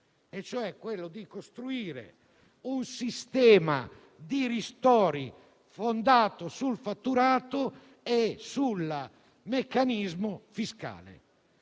e cioè sulla costruzione di un sistema di ristori fondato sul fatturato e sul meccanismo fiscale.